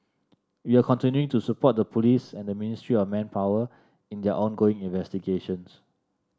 we are continuing to support the police and the Ministry of Manpower in their ongoing investigations